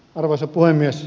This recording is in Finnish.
arvoisa puhemies